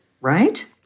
right